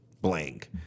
blank